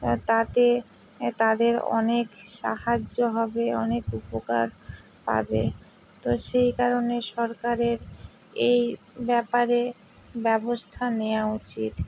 ও তাতে তাদের অনেক সাহায্য হবে অনেক উপকার পাবে তো সেই কারণে সরকারের এই ব্যাপারে ব্যবস্থা নেওয়া উচিত